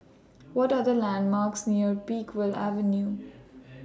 What Are The landmarks near Peakville Avenue